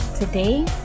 Today